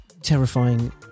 Terrifying